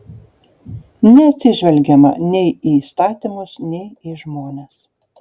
neatsižvelgiama nei į įstatymus nei į žmones